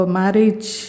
marriage